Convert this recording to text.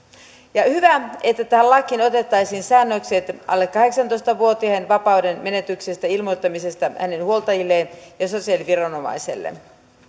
on hyvä että tähän lakiin otettaisiin säännökset alle kahdeksantoista vuotiaiden vapaudenmenetyksestä ilmoittamisesta hänen huoltajilleen ja sosiaaliviranomaiselle